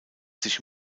sich